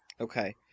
Okay